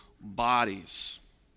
bodies